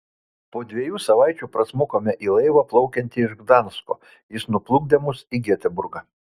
po dviejų savaičių prasmukome į laivą plaukiantį iš gdansko jis nuplukdė mus į geteborgą